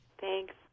Thanks